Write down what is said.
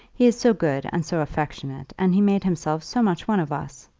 he is so good and so affectionate, and he made himself so much one of us!